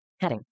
Heading